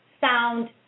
sound